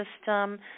system